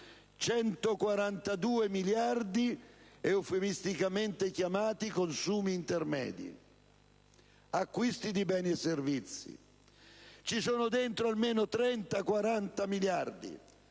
142 miliardi, chiamati eufemisticamente consumi intermedi, acquisti di beni e servizi. Ci sono dentro almeno 30-40 miliardi